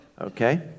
Okay